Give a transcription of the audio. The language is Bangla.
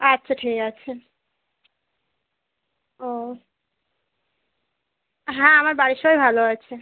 আচ্ছা ঠিক আছে ও হ্যাঁ আমার বাড়ির সবাই ভালো আছে